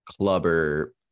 clubber